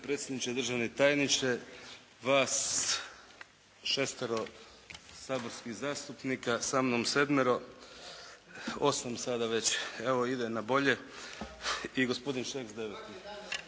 predsjedniče, državni tajniče, vas šestero saborskih zastupnika, sa mnom sedmero, osam sada, već evo, ide na bolje i gospodin Šeks deveti.